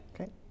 okay